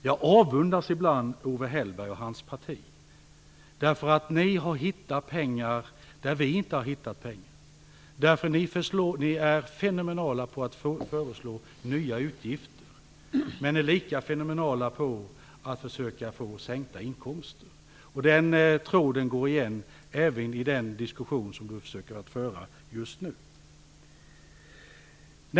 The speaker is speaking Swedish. Jag avundas ibland Owe Hellberg och hans parti, därför att ni har hittat pengar där vi inte har hittat pengar, därför att ni är fenomenala på att föreslå nya utgifter, men ni är lika fenomenala på att försöka få sänkta inkomster. Den tråden går igen även i den diskussion som Owe Hellberg försöker föra just nu.